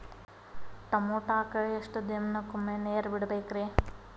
ಟಮೋಟಾಕ ಎಷ್ಟು ದಿನಕ್ಕೊಮ್ಮೆ ನೇರ ಬಿಡಬೇಕ್ರೇ?